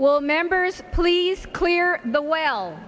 well members please clear the well